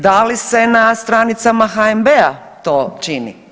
Da li se na stranicama HNB-a to čini?